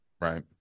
right